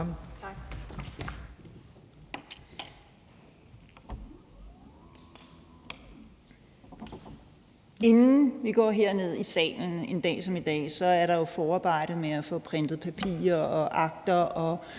Tak. Inden vi går herned i salen en dag som i dag, har der jo været et forarbejde med at få printet papirer og akter og